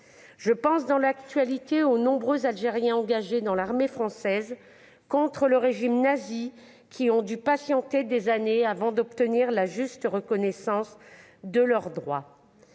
Je pense ainsi aux nombreux Algériens engagés dans l'armée française contre le régime nazi, qui ont dû patienter des années avant d'obtenir la juste reconnaissance de leurs droits.